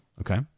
Okay